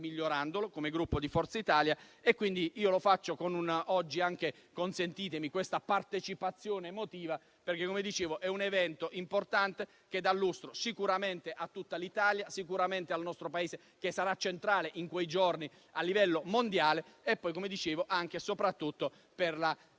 migliorandolo, come Gruppo Forza Italia. Io lo faccio anche - consentitemi - con grande partecipazione emotiva, perché è un evento importante che dà lustro sicuramente a tutta l'Italia, sicuramente al nostro Paese, che sarà centrale in quei giorni a livello mondiale e poi - come dicevo - anche e soprattutto per la